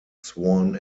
sworn